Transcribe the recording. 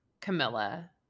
Camilla